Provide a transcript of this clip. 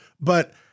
but-